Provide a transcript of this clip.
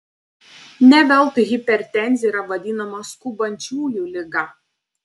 ne veltui hipertenzija yra vadinama skubančiųjų liga